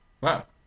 Wow